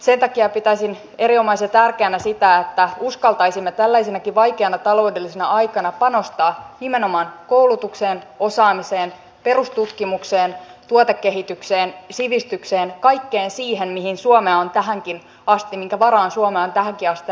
sen takia pitäisin erinomaisen tärkeänä sitä että uskaltaisimme tällaisenakin vaikeana taloudellisena aikana panostaa nimenomaan koulutukseen osaamiseen perustutkimukseen tuotekehitykseen sivistykseen kaikkeen siihen minkä varaan suomea on tähänkin asti rakennettu